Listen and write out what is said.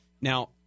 Now